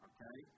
Okay